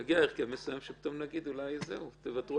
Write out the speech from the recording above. יגיע הרכב מסוים שפתאום נגיד: אולי זהו, תוותרו